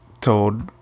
told